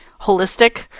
holistic